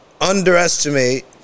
underestimate